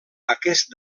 aquest